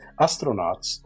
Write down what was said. astronauts